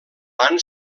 van